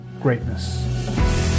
greatness